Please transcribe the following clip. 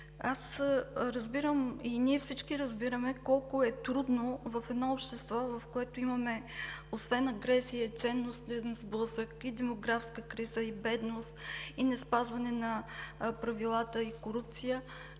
си. Разбирам, и всички разбираме колко е трудно в общество, в което имаме освен агресия, ценностен сблъсък, демографска криза, бедност и неспазване на правилата, корупция